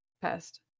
pest